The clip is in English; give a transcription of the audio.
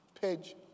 Page